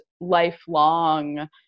lifelong